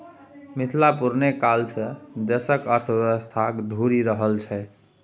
मिथिला पुरने काल सँ देशक अर्थव्यवस्थाक धूरी रहल छै